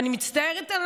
אני מצטערת על